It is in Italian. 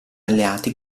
alleati